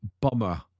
bummer